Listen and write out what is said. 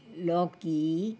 लौकी